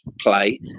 play